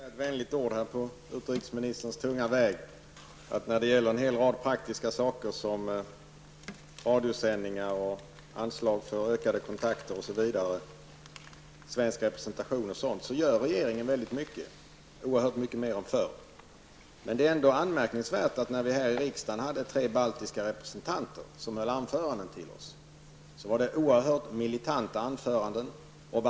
Herr talman! Jag kan då säga ett vänligt ord på utrikesministerns tunga väg. När det gäller en hel rad praktiska saker som radiosändningar och anslag för ökade kontakter, svensk representation osv. gör regeringen väldigt mycket, oerhört mycket mer än förr. Det är ändå anmärkningsvärt att när vi här i riksdagen hade tre baltiska representanter som höll anföranden till oss så var det oerhört militanta anföranden.